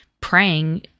praying